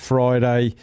Friday